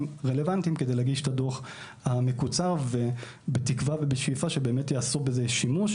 רלוונטיים כדי להגיש את הדוח המקוצר בתקווה ובשאיפה שיעשו בזה שימוש.